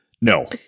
No